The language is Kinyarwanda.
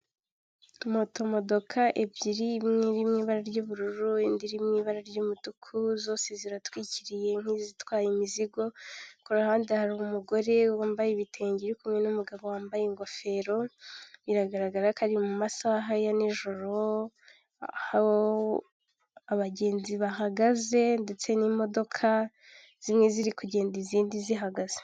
Ikibuga cy'ibitaka giciyemo imirongo y'umweru gifite n'inshundura hagati gikinirwaho umukino w'amaboko witwa tenisi hakurya hari aho abafana bicara, hakurya hari ishyamba ry'ibiti byinshi.